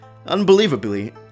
Unbelievably